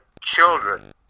children